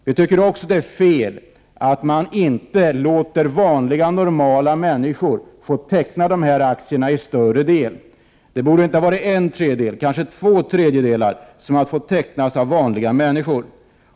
Vi tycker också att det är fel att man inte låter vanliga, normala människor få teckna de här aktierna till större del. Det borde inte ha varit en tredjedel utan kanske två tredjedelar som fått tecknas av vanliga människor.